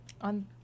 on